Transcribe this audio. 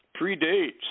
predates